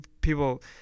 people